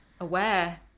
aware